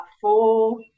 four